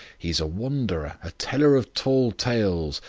he's a wanderer, a teller of tall tales,